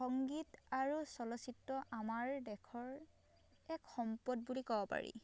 সংগীত আৰু চলচিত্ৰ আমাৰ দেশৰ এক সম্পদ বুলি ক'ব পাৰি